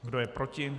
Kdo je proti?